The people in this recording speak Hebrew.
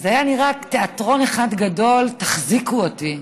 וזה היה נראה תיאטרון אחד גדול של "תחזיקו אותי".